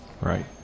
Right